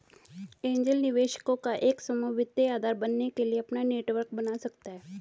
angel निवेशकों का एक समूह वित्तीय आधार बनने के लिए अपना नेटवर्क बना सकता हैं